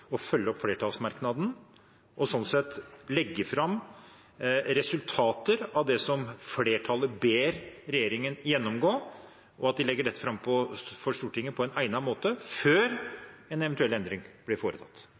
å følge opp flertallsmerknaden og sånn sett legge fram resultater av det som flertallet ber regjeringen gjennomgå, og at man legger dette fram for Stortinget på en egnet måte før en eventuell endring blir foretatt.